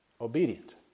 obedient